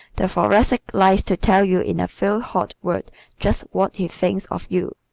the thoracic likes to tell you in a few hot words just what he thinks of you.